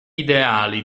ideali